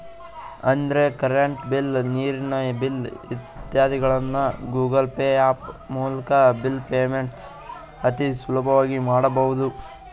ಅಂದ್ರೆ current bill, ನೀರಿನ bill ಇತ್ಯಾದಿಗಳನ್ನ ಗೂಗಲ್ ಪೇ ಹ್ಯಾಪ್ ಮೂಲ್ಕ ಬಿಲ್ ಪೇಮೆಂಟ್ಸ್ ಅತಿ ಸುಲಭವಾಗಿ ಮಾಡಬಹುದು